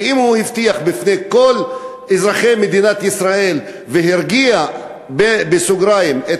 שאם הוא הבטיח בפני כל אזרחי מדינת ישראל והרגיע את האלמנה,